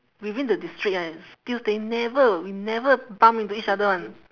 within the district right still staying never we never bump into each other [one]